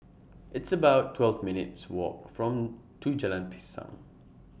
It's about twelve minutes Walk from to Jalan Pisang